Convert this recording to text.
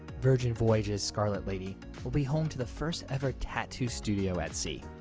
virgin voyages' scarlet lady will be home to the first ever tattoo studio at sea.